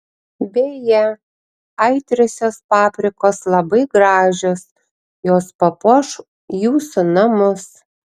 beje aitriosios paprikos labai gražios jos papuoš jūsų namus